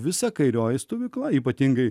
visa kairioji stovykla ypatingai